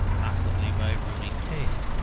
possibly by ruining taste.